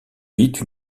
vite